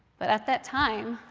but at that time,